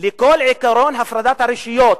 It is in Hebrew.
לכל עקרון הפרדת הרשויות.